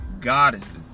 goddesses